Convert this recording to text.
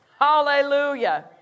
Hallelujah